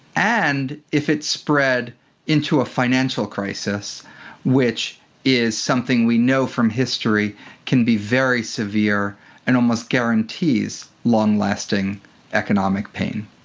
and if it spread into a financial crisis which is something we know from history can be very severe and almost guarantees long lasting economic pain.